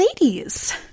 ladies